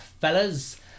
fellas